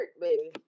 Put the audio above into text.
baby